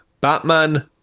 Batman